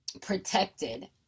protected